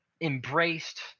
embraced